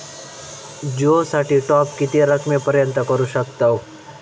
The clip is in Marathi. जिओ साठी टॉप किती रकमेपर्यंत करू शकतव?